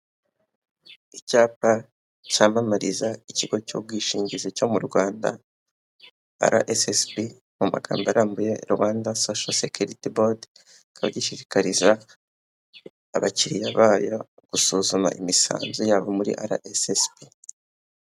Icyapa cyamamariza ikigo cy'ubwishingizi cyo mu Rwanda RSSB, mu magambo arambuye Rwanda sosho sekiriti bodi, kikaba gishishikariza abakiriya bayo gusuzuma imisanzu yabo muri RSSB.